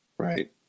Right